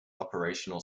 operational